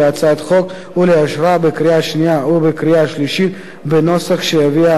ולאשרה בקריאה שנייה ובקריאה שלישית בנוסח שהביאה הוועדה.